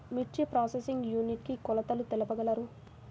మిర్చి processing unit కి కొలతలు తెలుపగలరు?